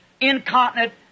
incontinent